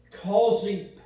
causing